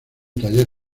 taller